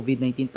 COVID-19